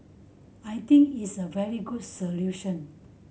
I think it's a very good solution